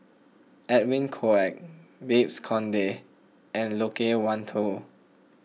Edwin Koek Babes Conde and Loke Wan Tho